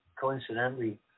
coincidentally